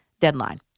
deadline